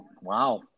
Wow